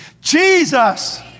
Jesus